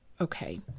Okay